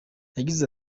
yagize